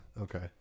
Okay